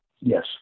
Yes